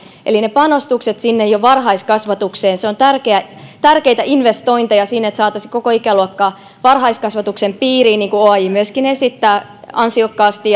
eli panostukset jo varhaiskasvatukseen ovat tärkeitä investointeja että saataisiin koko ikäluokka varhaiskasvatuksen piiriin niin kuin myöskin oaj esittää ansiokkaasti